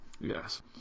Yes